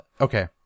okay